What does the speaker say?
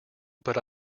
but